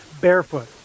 barefoot